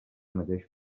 mateixa